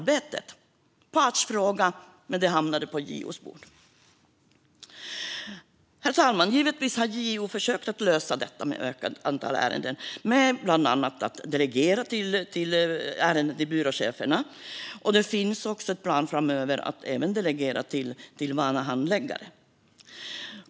Det är en partsfråga, men den hamnade på JO:s bord. Herr talman! Givetvis har JO försökt att lösa frågan om det ökade antalet ärenden, bland annat genom att delegera ärenden till byråcheferna. Det finns även en plan framöver att delegera ärenden till vana handläggare.